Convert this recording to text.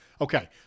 Okay